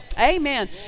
Amen